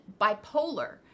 bipolar